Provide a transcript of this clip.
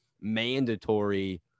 mandatory